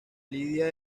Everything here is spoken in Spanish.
lidia